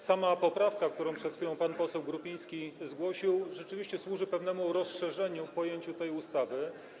Sama poprawka, którą przed chwilą pan poseł Grupiński zgłosił, rzeczywiście służy pewnemu rozszerzeniu pojęcia, tej ustawy.